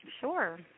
Sure